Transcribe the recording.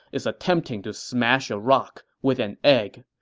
is attempting to smash a rock with an egg.